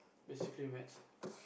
basically maths ah